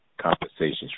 compensations